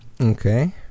Okay